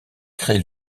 crée